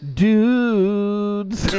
dudes